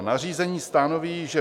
Nařízení stanoví, že